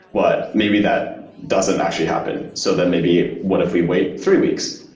but maybe that doesn't actually happen. so then maybe what if we wait three weeks?